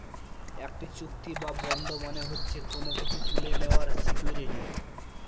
একটি চুক্তি বা বন্ড মানে হচ্ছে কোনো কিছু তুলে নেওয়ার সিকুইরিটি